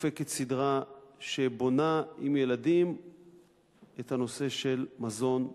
מופקת סדרה שבונה עם ילדים את הנושא של מזון בריא,